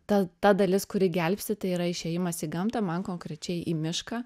ta ta dalis kuri gelbsti tai yra išėjimas į gamtą man konkrečiai į mišką